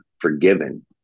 forgiven